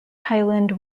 highland